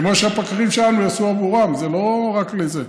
כמו שהפקחים שלנו יעשו עבורם, זה לא רק לזה.